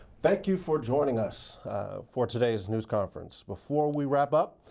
thank you for joining us for today's news conference. before we wrap up,